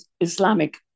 Islamic